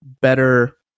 better